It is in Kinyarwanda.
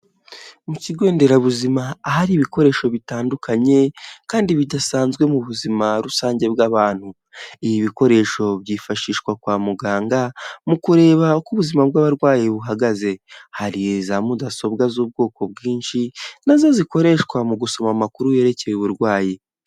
Mu kigo nderabuzima ahari ibikoresho bitandukanye kandi bidasanzwe mu buzima rusange bw'abantu ibi bikoresho byifashishwa kwa muganga mu kureba uko ubuzima bw'abarwayi buhagaze, hari za mudasobwa z'ubwoko bwinshi nazo zikoreshwa mu gusoma amakuru yerekeye uburwayi.